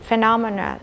Phenomena